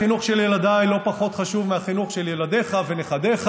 החינוך של ילדיי לא פחות חשוב מהחינוך של ילדיך ונכדיך.